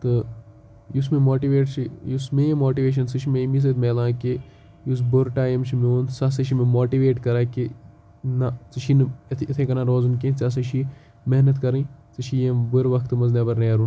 تہٕ یُس مےٚ ماٹِویٹ چھِ یُس مےٚ یہِ ماٹویشَن سُہ چھِ مےٚ امی سۭتۍ مِلان کہِ یُس بُرٕ ٹایم چھِ میون سُہ ہَسا چھِ مےٚ ماٹویٹ کَران کہِ نہ ژےٚ چھی نہٕ اِتھَے اِتھَے کَنۍ روزُن کینٛہہ ژےٚ ہَسا چھی محنت کَرٕنۍ ژےٚ چھی یِم بُرٕ وقتہٕ منٛز نٮ۪بَر نیرُن